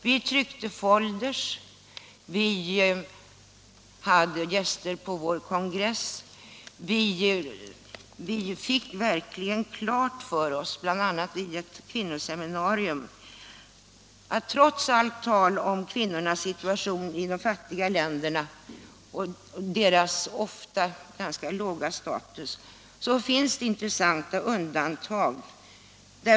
Vi tryckte foldrar och vi hade gäster från Mogambique på kongress. Bl. a. vid ett kvinnoseminarium fick vi verkligen klart för oss att det trots allt tal om kvinnornas ofta låga status i de fattiga länderna finns intressanta undantag.